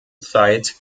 zeit